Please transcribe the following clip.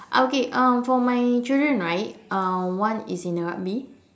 okay um for my children right uh one is in the rugby